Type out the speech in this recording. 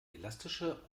elastische